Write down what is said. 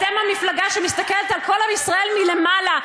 אתם המפלגה שמסתכלת על כל עם ישראל מלמעלה,